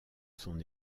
son